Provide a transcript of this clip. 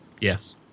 Yes